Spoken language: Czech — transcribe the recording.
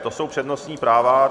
To jsou přednostní práva.